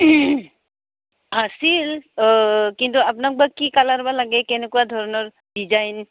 আছিল কিন্তু আপোনাক বা কি কালাৰ বা লাগে কেনেকুৱা ধৰণৰ ডিজাইন